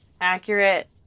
accurate